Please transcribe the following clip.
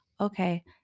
Okay